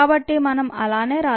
కాబట్టి వాటిని మనం అలానే రాద్దాం